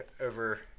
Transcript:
over